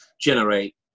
generate